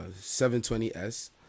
720S